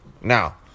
now